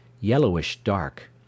yellowish-dark